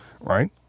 right